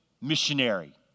missionary